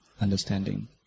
understanding